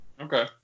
Okay